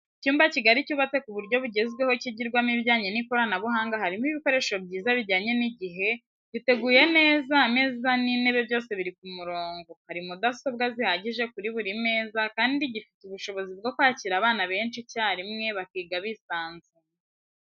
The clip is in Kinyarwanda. Icyumba kigari cyubatse ku buryo bugezweho kigirwamo ibijyanye n'ikoranabuhanga harimo ibikoresho byiza bijyanye n'igihe, giteguye neza ameza n'intebe byose biri ku murongo ,hari mudasobwa zihagije kuri buri meza kandi gifite ubushobozi bwo kwakira abana benshi icyarimwe bakiga bisanzuye.